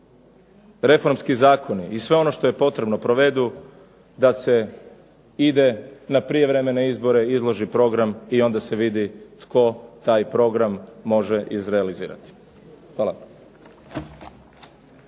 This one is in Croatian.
reformski zakoni i sve ono što je potrebno provedu da se ide na prijevremene izbore, izloži program i onda se vidi tko taj program može izrealizirati. Hvala.